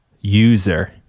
user